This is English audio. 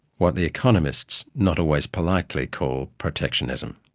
what the economists, not always politely, call protectionism.